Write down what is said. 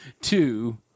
two